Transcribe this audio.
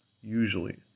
Usually